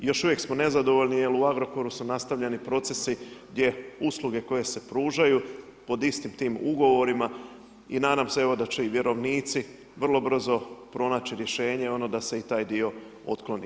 Još uvijek smo nezadovoljni jel u Agrokoru su nastavljeni procesi gdje usluge koje se pružaju pod istim tim ugovorima i nadam se da će i vjerovnici vrlo brzo pronaći rješenje da se i taj dio otkloni.